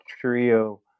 trio